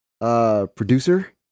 producer